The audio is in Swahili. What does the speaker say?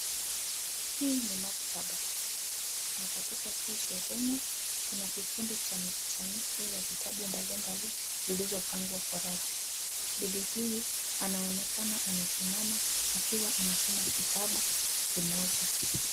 Hii ni maktaba. Na katika hii sehemu, kuna kikundi cha mikusanyiko ya vitabu mbalimbali, zilizopangwa kwa rafu. Bibi huyu, anaonekana amesimama, akiwa anasoma kitabu, kimoja.